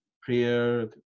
prayer